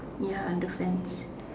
ya understand